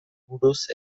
buruz